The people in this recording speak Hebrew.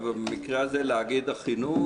אבל במקרה הזה להגיד: החינוך